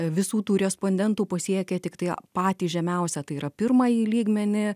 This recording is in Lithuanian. visų tų respondentų pasiekia tiktai patį žemiausią tai yra pirmąjį lygmenį